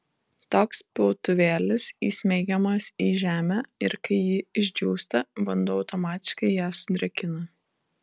toks piltuvėlis įsmeigiamas į žemę ir kai ji išdžiūsta vanduo automatiškai ją sudrėkina